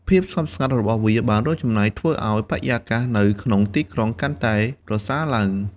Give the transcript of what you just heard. ភាពស្ងប់ស្ងាត់របស់វាបានរួមចំណែកធ្វើឱ្យបរិយាកាសនៅក្នុងទីក្រុងកាន់តែប្រសើរឡើង។